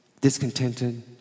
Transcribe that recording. discontented